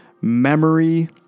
memory